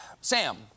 Sam